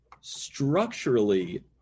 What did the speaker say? structurally